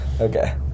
Okay